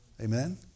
Amen